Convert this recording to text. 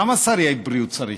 כמה שרי בריאות צריך?